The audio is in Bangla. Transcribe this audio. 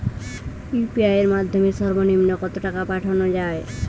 ইউ.পি.আই এর মাধ্যমে সর্ব নিম্ন কত টাকা পাঠানো য়ায়?